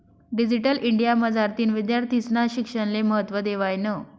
digital India मझारतीन विद्यार्थीस्ना शिक्षणले महत्त्व देवायनं